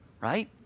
right